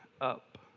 up